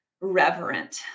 reverent